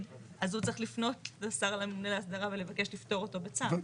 אז הוא צריך לפנות לשר לממונה להסדרה ולבקש לפטור אותו בצו.